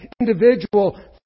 individual